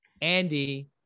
andy